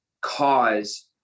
cause